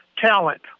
talent